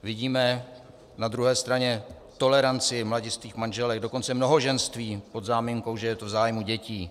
Vidíme na druhé straně toleranci mladistvých manželek, dokonce mnohoženství pod záminkou, že je to v zájmu dětí.